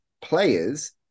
players